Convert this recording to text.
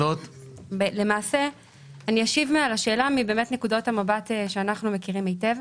אני אשיב לשאלה באמת מנקודות המבט שאנחנו מכירים היטב.